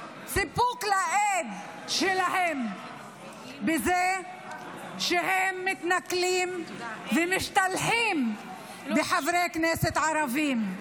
סיפוק לאיד שלהם בזה שהם מתנכלים ומשתלחים בחברי כנסת ערבים.